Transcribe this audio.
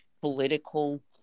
political